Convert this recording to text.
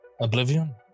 oblivion